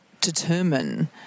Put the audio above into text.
determine